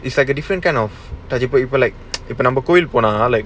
it's like a different kind of calibre இப்பஇப்பநாமகோவிலுக்குபோனா:ippa ippa naama kovilluku pona